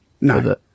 No